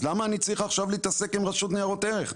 אז למה אני צריך עכשיו להתעסק עם רשות ניירות ערך?